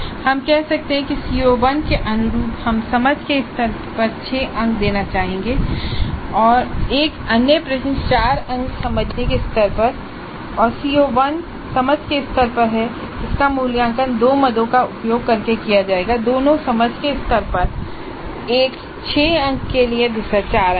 हम कह सकते हैं कि CO1 के अनुरूप हम समझ के स्तर पर 6 अंक देना चाहेंगे एक अन्य प्रश्न 4 अंक समझने के स्तर पर CO1 समझ के स्तर पर है और इसका मूल्यांकन दो मदों का उपयोग करके किया जाता है दोनों समझ के स्तर पर एक 6 अंक के लिए दूसरा 4 अंक पर